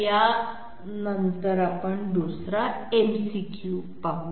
यानंतर दुसरा MCQ पाहू